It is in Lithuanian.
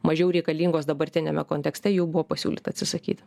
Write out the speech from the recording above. mažiau reikalingos dabartiniame kontekste jų buvo pasiūlyta atsisakyti